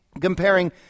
comparing